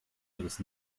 ihres